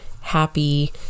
happy